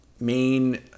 main